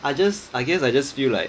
I just I guess I just feel like